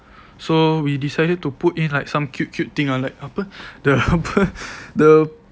so we decided to put in like some cute cute thing ah like apa the apa the